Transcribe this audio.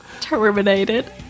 Terminated